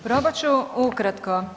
Probat ću ukratko.